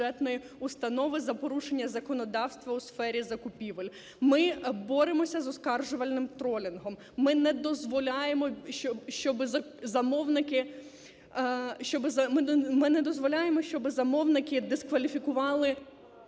за порушення законодавства у сфері закупівель. Ми боремося з "оскаржувальним тролінгом". Ми не дозволяємо, щоб замовники… Ми